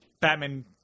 Batman